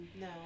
No